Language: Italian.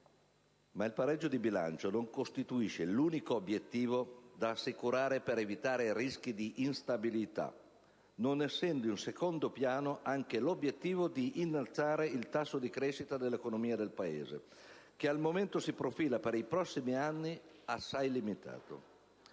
Ma il pareggio di bilancio non costituisce l'unico obiettivo da assicurare per evitare rischi di instabilità, non essendo in secondo piano anche l'obiettivo di innalzare il tasso di crescita dell'economia del Paese, che al momento si profila per i prossimi anni assai limitato.